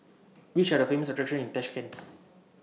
Which Are The Famous attractions in Tashkent